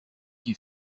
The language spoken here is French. qui